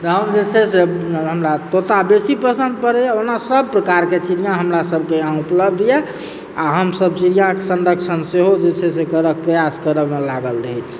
हम जे छै से हमरा तोता बेसी पसन्द पड़ैए ओना सभ प्रकारके चिड़िया हमरा सभकेँ इहाँ उपलब्ध यऽ आ हमसभ चिड़िया कऽ संरक्षण सेहो जे छै से करऽ कऽ प्रयास करऽमे लागल रहै छी